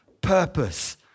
purpose